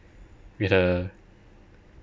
with a